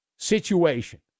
situation